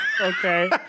Okay